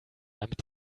damit